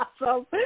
Awesome